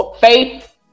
Faith